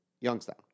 Youngstown